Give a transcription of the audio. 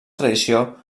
tradició